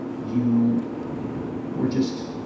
you were just,